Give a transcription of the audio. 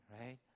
right